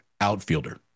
outfielder